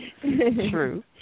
True